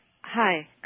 hi